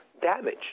damage